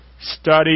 study